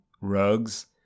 rugs